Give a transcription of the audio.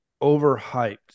overhyped